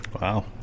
Wow